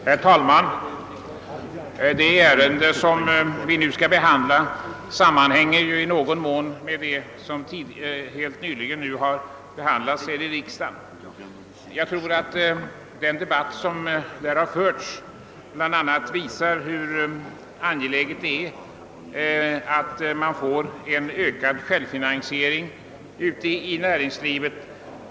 Herr talman! Det ärende vi nu skall behandla sammanhänger i någon mån med det som helt nyligen har behandlats här i riksdagen. Den debatt som har förts visar bl.a. hur angeläget det är att få en ökad självfinansiering i näringslivet.